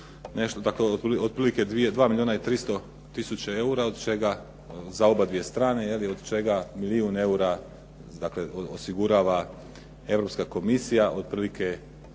nešto dakle, otprilike 2 milijuna i 300 tisuća eura od čega za obadvije strane, je li, od čega milijun eura dakle, osigurava Europska komisija otprilike